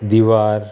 दिवार